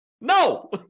No